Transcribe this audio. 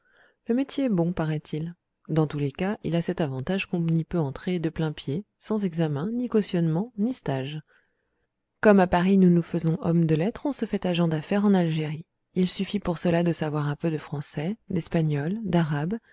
le métier est bon paraît-il dans tous les cas il a cet avantage qu'on y peut entrer de plain-pied sans examens ni cautionnement ni stage comme à paris nous nous faisons hommes de lettres on se fait agent d'affaires en algérie il suffit pour cela de savoir un peu de français d'espagnol d'arabe